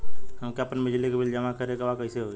हमके आपन बिजली के बिल जमा करे के बा कैसे होई?